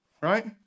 right